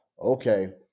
okay